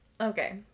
Okay